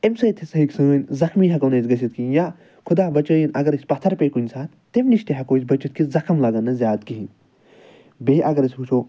اَمہِ سۭتۍ ہسا ہیٚکہِ سٲنۍ زَخمی ہیٚکو نہٕ أسۍ گژھِتھ کِہیٖنۍ یا خۄدا بَچٲیِنۍ اَگر أسۍ پَتھر پیٚے کُنہِ ساتہٕ تٔمۍ نِش تہِ ہیٚکو أسۍ بٔچِتھ کہِ زَخم لَگن نہٕ زیادٕ کیٚنٛہہ بیٚیہِ اَگر أسۍ وُچھو